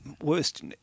Worst